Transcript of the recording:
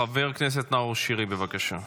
חבר הכנסת נאור שירי, בבקשה.